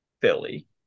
Philly